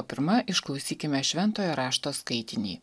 o pirma išklausykime šventojo rašto skaitinį